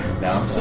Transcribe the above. No